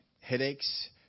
headaches